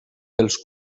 dels